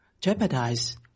jeopardize